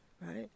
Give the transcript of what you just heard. right